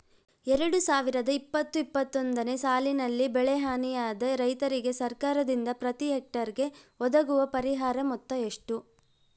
ಎರಡು ಸಾವಿರದ ಇಪ್ಪತ್ತು ಇಪ್ಪತ್ತೊಂದನೆ ಸಾಲಿನಲ್ಲಿ ಬೆಳೆ ಹಾನಿಯಾದ ರೈತರಿಗೆ ಸರ್ಕಾರದಿಂದ ಪ್ರತಿ ಹೆಕ್ಟರ್ ಗೆ ಒದಗುವ ಪರಿಹಾರ ಮೊತ್ತ ಎಷ್ಟು?